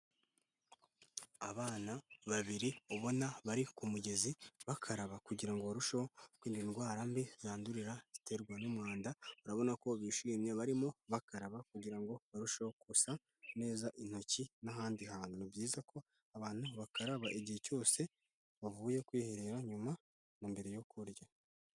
Abana babiri ubona bari ku mugezi bakaraba kugira ngo barusheho kwirinda indwara mbi zandurira ziterwa n'umwanda, urabona ko bishimye barimo bakaraba kugira ngo barusheho gusa neza intoki n'ahandi hantu. Ni byiza ko abantu bakaraba igihe cyose bavuye kwiherera nyuma na mbere yo kurya.